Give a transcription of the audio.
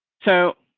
so.